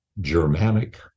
Germanic